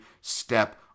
step